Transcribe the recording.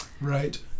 Right